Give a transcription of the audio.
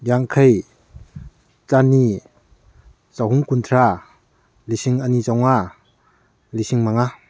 ꯌꯥꯡꯈꯩ ꯆꯅꯤ ꯆꯍꯨꯝ ꯀꯨꯟꯊ꯭ꯔꯥ ꯂꯤꯁꯤꯡ ꯑꯅꯤ ꯆꯥꯝꯃꯉꯥ ꯂꯤꯁꯤꯡ ꯃꯉꯥ